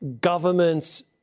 governments